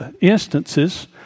instances